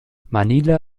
manila